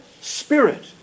Spirit